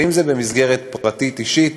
ואם זה במסגרת פרטית אישית,